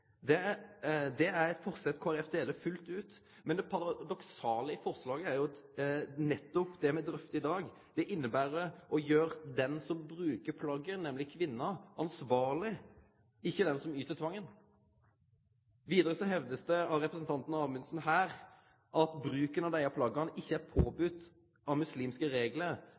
Det er eit forsett Kristeleg Folkeparti deler fullt ut, men det paradoksale i forslaget er jo at nettopp det me drøftar i dag, inneber at den som bruker plagget, nemlig kvinna, blir ansvarleg – ikkje den som utfører tvangen. Vidare blir det hevda av representanten Amundsen at bruken av desse plagga ikkje er påboden ut frå muslimske reglar,